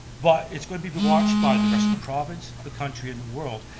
but it's going to be be watched by the rest of the province, the country and the world,